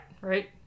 right